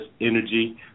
energy